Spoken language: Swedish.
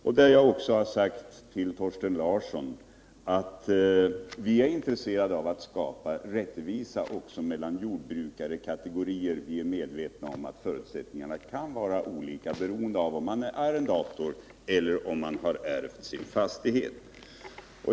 Men såsom jag också sagt till Thorsten Larsson är vi intresserade av att skapa rättvisa mellan olika jordbrukarkategorier, eftersom vi är medvetna om att förutsättningarna kan vara olika beroende på om man är arrendator eller om man ärvt sin fastighet.